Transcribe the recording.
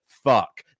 Fuck